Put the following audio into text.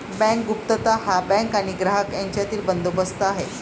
bank गुप्तता हा bank आणि ग्राहक यांच्यातील बंदोबस्त आहे